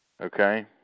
Okay